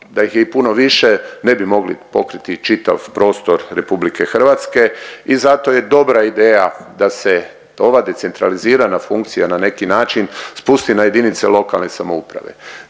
da ih je i puno više ne bi mogli pokriti čitav prostor RH i zato je dobra ideja da se ova decentralizirana funkcija na neki način spusti na jedinice lokalne samouprave.